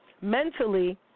mentally